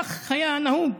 כך היה נהוג,